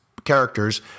characters